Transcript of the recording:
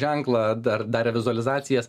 ženklą dar darė vizualizacijas